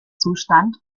zustand